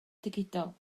digidol